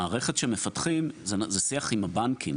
המערכת שמפתחים זה שיח עם הבנקים.